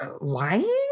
lying